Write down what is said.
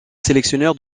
sélectionneur